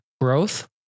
growth